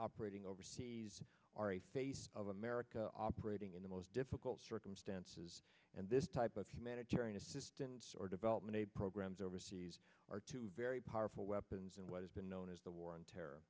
operating overseas are a face of america operating in the most difficult circumstances and this type of humanitarian assistance or development aid programs overseas are two very powerful weapons and what has been known as the war on terror